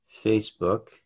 Facebook